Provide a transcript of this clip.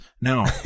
no